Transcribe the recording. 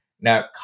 Now